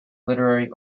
literary